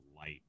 light